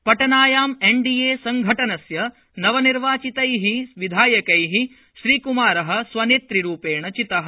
पटनायाम् एनडीएसङ्घटनस्य नवनिर्वाचितैः विधायकैः श्रीक्मारः स्वनेत्रूपेण चितः